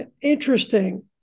Interesting